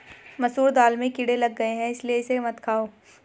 मसूर दाल में कीड़े लग गए है इसलिए इसे मत खाओ